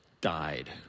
died